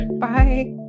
Bye